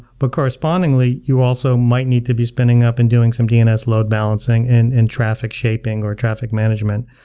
but correspondingly you also might need to be spinning up and doing some dns load-balancing and and traffic shaping or traffic management.